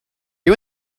you